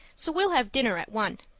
so we'll have dinner at one.